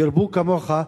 ירבו כמוך,